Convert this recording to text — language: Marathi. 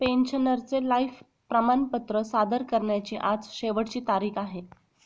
पेन्शनरचे लाइफ प्रमाणपत्र सादर करण्याची आज शेवटची तारीख आहे